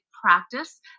practice